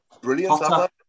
brilliant